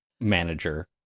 manager